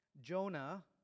Jonah